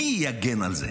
מי יגן על זה?